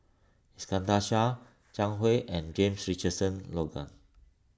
Iskandar Shah Zhang Hui and James Richardson Logan